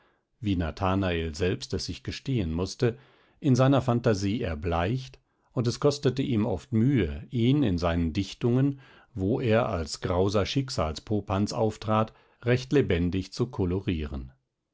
wie nathanael selbst es sich gestehen mußte in seiner fantasie erbleicht und es kostete ihm oft mühe ihn in seinen dichtungen wo er als grauser schicksalspopanz auftrat recht lebendig zu kolorieren